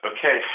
Okay